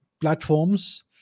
platforms